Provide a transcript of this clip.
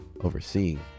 overseeing